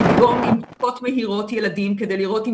לדגום בבדיקות מהירות ילדים כדי לראות אם